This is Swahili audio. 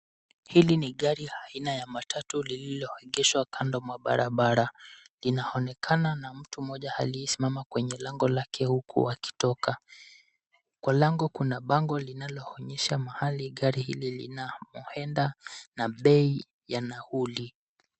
Hili ni gari aina ya matatu lililoegeshwa kando mwa barabara. Inaonekana na mtu mmoja aliyesimama kwenye lango lake huku akitoka. Kwa lango kuna bango linaloonyesha mahali gari hili linamoenda na bei ya nauli.